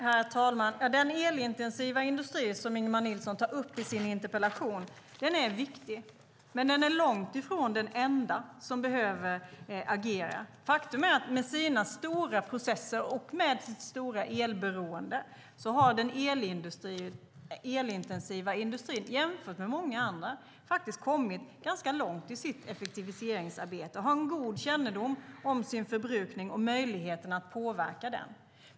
Herr talman! Den elintensiva industri som Ingemar Nilsson tar upp i sin interpellation är viktig, men den är långt ifrån den enda som behöver agera. Faktum är att med sina stora processer och sitt stora elberoende har den elintensiva industrin jämfört med många andra faktiskt kommit ganska långt i sitt effektiviseringsarbete. Den har god kännedom om sin förbrukning och möjlighet att påverka den.